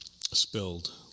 spilled